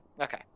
Okay